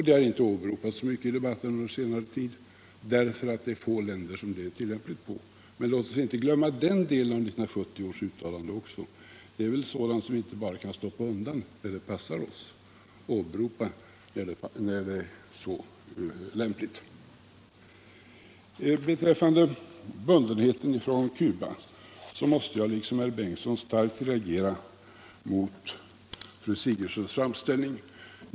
Det har inte åberopats så mycket i debatten under senare tid, därför att det är få länder som det är tillämpligt på, men låt oss inte glömma den delen av 1970 års uttalande. Det är väl sådant som vi inte bara kan stoppa undan när det passar oss och åberopa när så är lämpligt. | Beträffande bundenheten i fråga om Cuba måste jag liksom herr förste vice talmannen Bengtson starkt reagera mot fru Sigurdsens framställning.